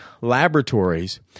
laboratories